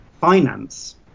finance